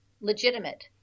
legitimate